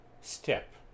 step